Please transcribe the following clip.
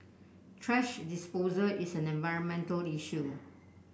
thrash disposal is an environmental issue